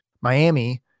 Miami